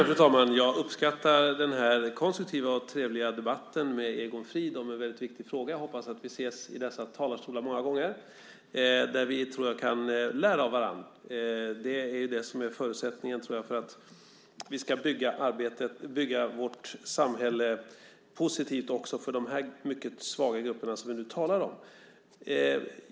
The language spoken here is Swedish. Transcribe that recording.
Fru talman! Jag uppskattar den här konstruktiva och trevliga debatten med Egon Frid om en väldigt viktig fråga. Jag hoppas att vi ses i dessa talarstolar många gånger. Här tror jag att vi kan lära av varandra. Det är det som är förutsättningen för att vi ska kunna bygga vårt samhälle på ett positivt sätt också för de mycket svaga grupper som vi nu talar om.